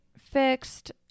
fixed